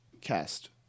cast